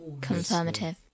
Confirmative